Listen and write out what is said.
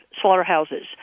slaughterhouses